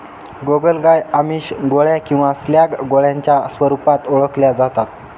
गोगलगाय आमिष, गोळ्या किंवा स्लॅग गोळ्यांच्या स्वरूपात ओळखल्या जाता